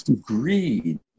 greed